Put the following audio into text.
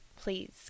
Please